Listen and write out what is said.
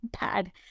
bad